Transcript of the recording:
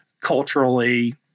culturally